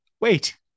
wait